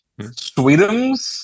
Sweetums